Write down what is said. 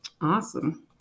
Awesome